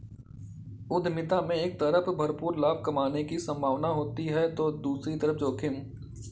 उद्यमिता में एक तरफ भरपूर लाभ कमाने की सम्भावना होती है तो दूसरी तरफ जोखिम